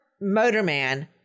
motorman